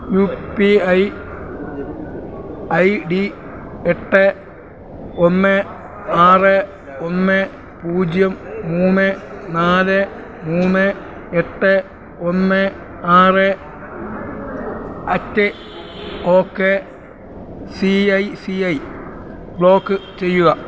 U P I I D എട്ട് ഒന്ന് ആറ് ഒന്ന് പൂജ്യം മൂന്ന് നാല് മൂന്ന് എട്ട് ഒന്ന് ആറ് at O K C I C I block ചെയ്യുക